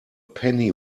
penny